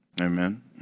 amen